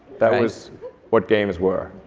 that was what games were.